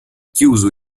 chiuso